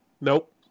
Nope